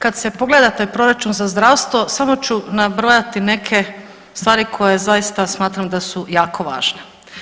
Kada se pogleda taj proračun za zdravstvo samo ću nabrojati neke stvari koje zaista smatram da su jako važne.